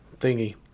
thingy